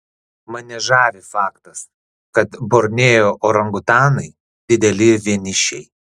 mane žavi faktas kad borneo orangutanai dideli vienišiai